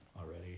already